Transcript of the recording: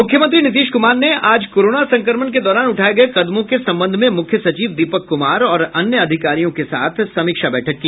मुख्यमंत्री नीतीश कुमार ने आज कोरोना संक्रमण के दौरान उठाये गये कदमों के संबंध में मुख्य सचिव दीपक कुमार और अन्य अधिकारियों के साथ समीक्षा बैठक की